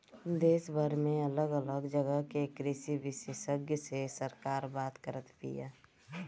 देशभर में अलग अलग जगह के कृषि विशेषग्य से सरकार बात करत बिया